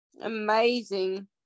amazing